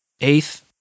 Eighth